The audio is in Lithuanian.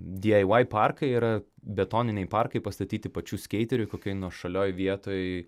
di ai vai parkai yra betoniniai parkai pastatyti pačių skeiterių kokioj nuošalioj vietoj